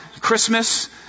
Christmas